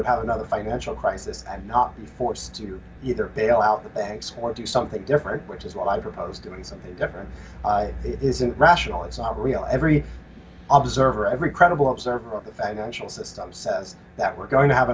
would have another financial crisis and not be forced to either bail out the banks or do something different which is what i propose doing something different i say isn't rational it's not real every observateur every credible up circle of the financial system says that we're going to have